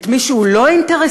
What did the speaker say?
את מי שהוא לא אינטרסנט?